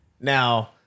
Now